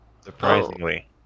Surprisingly